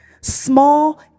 small